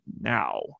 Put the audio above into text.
now